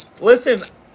listen –